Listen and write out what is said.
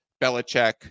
Belichick